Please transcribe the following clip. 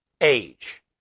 age